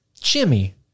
Jimmy